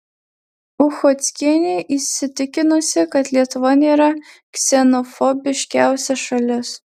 uchockienė įsitikinusi kad lietuva nėra ksenofobiškiausia šalis